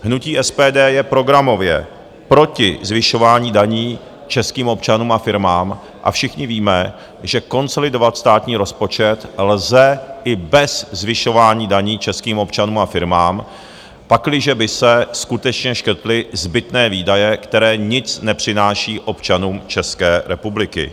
Hnutí SPD je programově proti zvyšování daní českým občanům a firmám a všichni víme, že konsolidovat státní rozpočet lze i bez zvyšování daní českým občanům a firmám, pakliže by se skutečně škrtly zbytné výdaje, které nic nepřináší občanům České republiky.